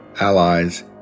Allies